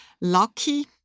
lucky